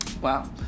Wow